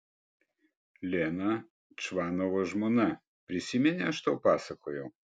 lena čvanovo žmona prisimeni aš tau pasakojau